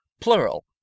Plural